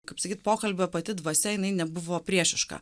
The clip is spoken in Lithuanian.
kaip sakyt pokalbio pati dvasia jinai nebuvo priešiška